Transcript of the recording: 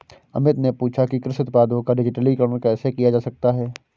अमित ने पूछा कि कृषि उत्पादों का डिजिटलीकरण कैसे किया जा सकता है?